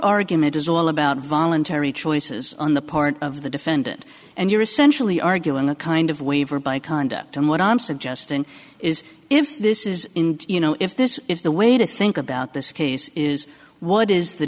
argument is all about voluntary choices on the part of the defendant and you're essentially arguing a kind of waiver by conduct and what i'm suggesting is if this is you know if this is the way to think about this case is what is the